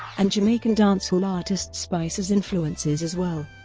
and jamaican dancehall artist spice as influences as well.